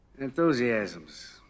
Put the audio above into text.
Enthusiasms